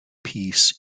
peace